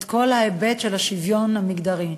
את כל ההיבט של השוויון המגדרי.